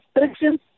restrictions